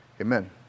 amen